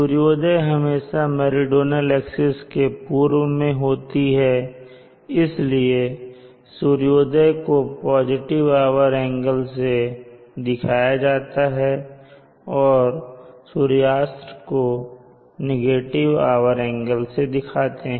सूर्योदय हमेशा meridional axis के पूर्व में होती है इसलिए सूर्योदय को पॉजिटिव आवर एंगल से दिखाया जाता है और सूर्यास्त हो नेगेटिव आवर एंगल से दिखाते हैं